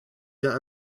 can